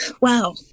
wow